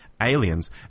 aliens